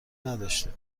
نداشته